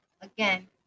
Again